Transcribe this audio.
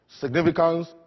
Significance